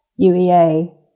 UEA